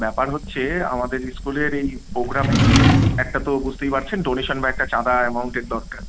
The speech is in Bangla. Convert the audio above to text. ব্যাপার হচ্ছে আমাদের স্কুলের এই প্রোগ্রামে একটা তো বুঝতেই পারছেন ডোনেশান বা একটা চাঁদা অ্যামাউন্টের দরকার